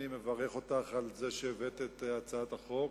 אני מברך אותך על זה שהבאת את הצעת החוק.